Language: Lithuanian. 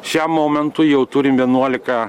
šiam momentui jau turim vienuolika